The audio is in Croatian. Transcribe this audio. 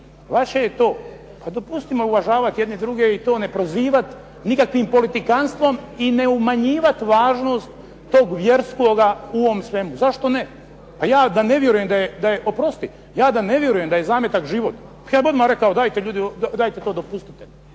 vaše je to. Pa dopustimo uvažavati jedni druge i to ne prozivati nikakvim politikantstvom i ne umanjivati važnost toga vjerskoga u ovom svemu. Zašto ne? Pa ja da ne vjerujem, oprosti, da ne vjerujem da je zametak život pa ja bih odmah rekao, dajte to ljudi dopustite.